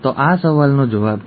તો આ સવાલનો જવાબ છે